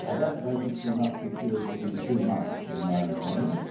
ah that vacancy must be filled within two months is my understanding.